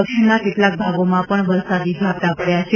દક્ષિણના કેટલાક ભાગોમાં પણ વરસાદી ઝાપટા પડચા છે